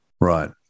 Right